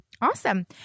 Awesome